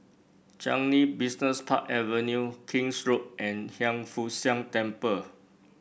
Changi Business Park Avenue King's Road and Hiang Foo Siang Temple